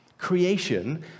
Creation